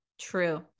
True